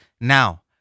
now